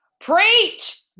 preach